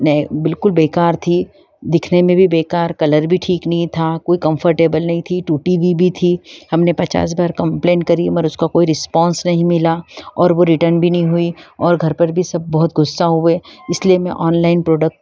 नै बिल्कुल बेकार थी दिखने में भी बेकार कलर भी ठीक नहीं था कोई कम्फरटेबल नहीं थी टूटी हुई भी थी हमने पचास बार कॉम्प्लैन करी मर उसका कोई रिस्पोंस नहीं मिला और वह रिटर्न भी नहीं हुई और घर पर भी सब बहुत गुस्सा हो गए इसलिए मैं ऑनलाइन प्रोडक्ट